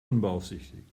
unbeaufsichtigt